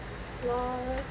LOL